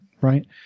right